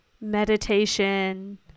meditation